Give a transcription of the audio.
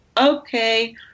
okay